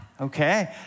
Okay